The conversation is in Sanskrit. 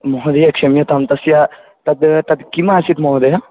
महोदय क्षम्यतां तस्य तद् तद् किं आसीत् महोदय